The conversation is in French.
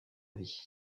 vie